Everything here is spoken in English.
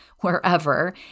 wherever